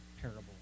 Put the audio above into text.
parable